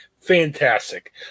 Fantastic